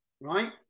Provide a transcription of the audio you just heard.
right